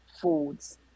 foods